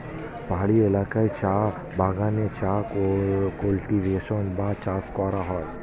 পাহাড়ি এলাকায় চা বাগানে চা কাল্টিভেশন বা চাষ করা হয়